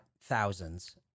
thousands